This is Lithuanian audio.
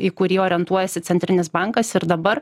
į kurį orientuojasi centrinis bankas ir dabar